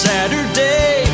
Saturday